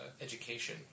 education